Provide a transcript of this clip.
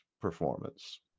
performance